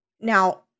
now